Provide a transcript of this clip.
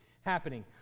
happening